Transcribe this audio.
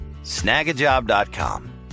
Snagajob.com